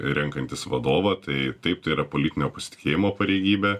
renkantis vadovą tai taip tai yra politinio pasitikėjimo pareigybė